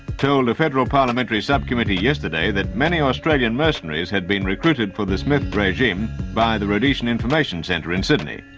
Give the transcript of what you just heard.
told a federal parliamentary subcommittee yesterday that many australian mercenaries had been recruited for the smith regime by the rhodesian information centre in sydney.